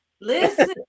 Listen